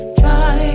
dry